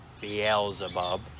beelzebub